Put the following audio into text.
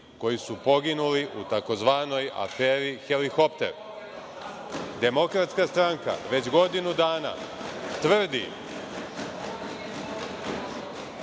koji su poginuli u tzv. Aferi helikopter. Demokratska stranka već godinu dana tvrdi